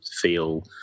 feel